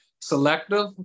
selective